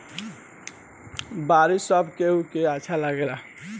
बारिश सब केहू के अच्छा लागेला